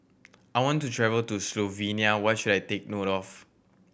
I want to travel to Slovenia what should I take note of